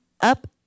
up